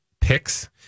picks